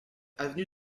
avenue